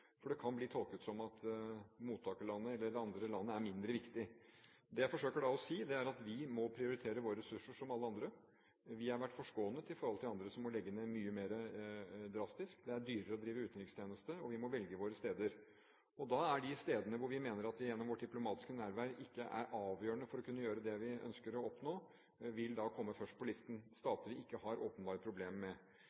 for det kan bli tolket som om det andre landet er mindre viktig. Det jeg forsøker å si, er at vi, som alle andre, må prioritere våre ressurser. Vi har vært forskånet sammenlignet med andre som har måttet legge ned mye mer drastisk. Det er dyrere å drive utenrikstjeneste, og vi må velge våre steder. Da vil de stedene hvor vi mener at vårt diplomatiske nærvær ikke er avgjørende for at vi skal kunne gjøre det vi ønsker å oppnå, komme først på listen